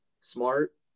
Smart